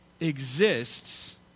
exists